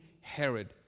Herod